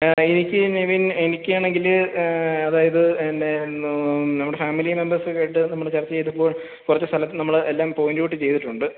എനിക്ക് നിവിൻ എനിക്ക് ആണെങ്കിൽ അതായത് എന്നെ ഒന്ന് നമ്മുടെ ഫാമിലി മെമ്പേഴ്സ് ഒക്കെ ആയിട്ട് നമ്മൾ ചർച്ച ചെയ്തപ്പോൾ കുറച്ച് സ്ഥലത്ത് നമ്മൾ എല്ലാം പോയിൻറ്റ് ഔട്ട് ചെയ്തിട്ടുണ്ട്